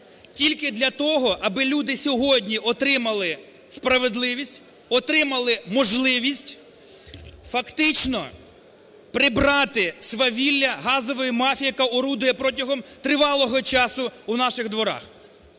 тільки для того, аби люди сьогодні отримали справедливість, отримали можливість фактично прибрати свавілля газової мафії, яка орудує протягом тривалого часу у наших дворах.